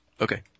Okay